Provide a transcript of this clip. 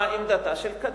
מה עמדתה של קדימה?